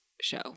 show